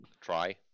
try